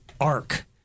Ark